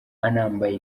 anambaye